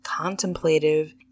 contemplative